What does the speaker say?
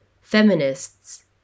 feminists